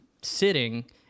sitting